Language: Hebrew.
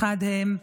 חד הם,